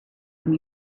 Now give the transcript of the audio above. from